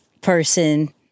person